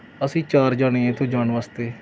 ਅਸੀਂ ਚਾਰ ਜਣੇ ਆ ਇੱਥੋਂ ਜਾਣ ਵਾਸਤੇ